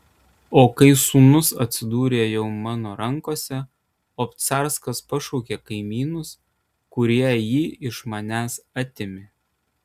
o kai sūnus atsidūrė jau mano rankose obcarskas pašaukė kaimynus kurie jį iš manęs atėmė